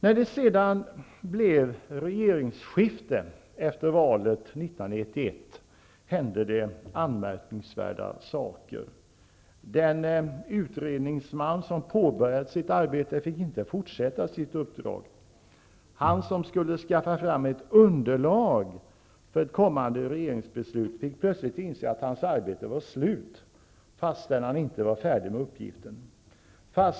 När det sedan blev regeringsskifte efter valet 1990/91 hände det anmärkningsvärda saker. Den utredningsman som påbörjat sitt arbete fick inte fortsätta sitt uppdrag. Han som skulle skaffa fram ett underlag för ett kommande regeringsbeslut fick plötsligt inse att hans arbete var slut, fastän han inte var färdig med uppgiften.